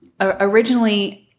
originally